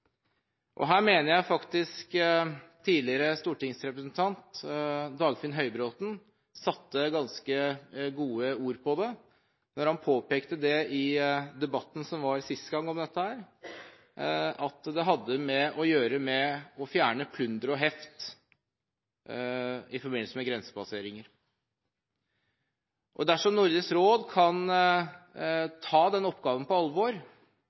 Her mener jeg tidligere stortingsrepresentant Dagfinn Høybråten satte ganske gode ord på det, da han i debatten som var sist gang om dette, påpekte at det hadde å gjøre med å fjerne plunder og heft i forbindelse med grensepasseringer. Nordisk råd bør ta den oppgaven på alvor